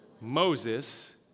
Moses